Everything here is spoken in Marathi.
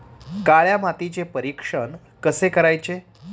काळ्या मातीचे परीक्षण कसे करायचे?